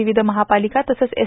विविध महापालिका तसंच एस